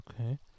Okay